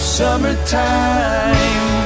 summertime